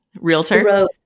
Realtor